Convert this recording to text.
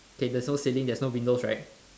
okay there's no ceiling there's no windows right